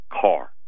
car